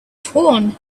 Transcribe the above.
torn